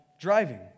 driving